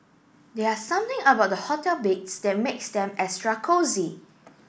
there are something about the hotel beds that makes them extra cosy